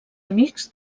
amics